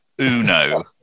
uno